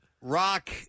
Rock